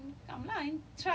ah